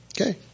Okay